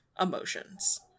emotions